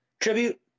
tribute